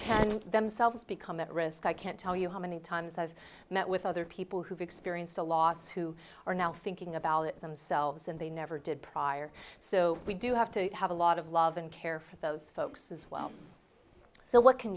can themselves become at risk i can't tell you how many times i've met with other people who've experienced a loss who are now thinking about it themselves and they never did prior so we do have to have a lot of love and care for those folks as well so what can